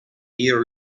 year